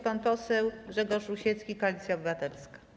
Pan poseł Grzegorz Rusiecki, Koalicja Obywatelska.